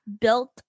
built